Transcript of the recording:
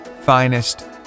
finest